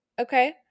okay